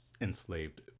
enslaved